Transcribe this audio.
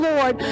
Lord